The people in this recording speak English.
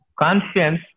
conscience